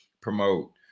promote